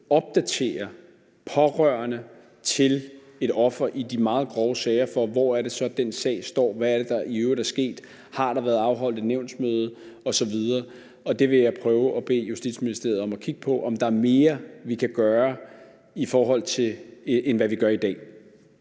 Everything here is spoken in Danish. opdatere pårørende til et offer i de meget grove sager, i forhold til hvor sagen står, hvad der i øvrigt er sket, og om der har været afholdt et nævnsmøde osv.? Det vil jeg prøve at bede Justitsministeriet om at kigge på, altså om der er mere, vi kan gøre, end hvad vi gør i dag.